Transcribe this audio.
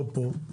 לא פה,